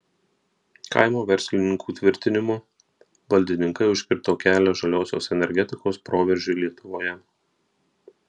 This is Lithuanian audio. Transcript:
kaimo verslininkų tvirtinimu valdininkai užkirto kelią žaliosios energetikos proveržiui lietuvoje